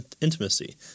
intimacy